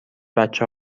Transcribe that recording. بچه